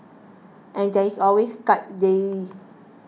and there is always Skype daily